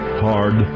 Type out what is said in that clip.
hard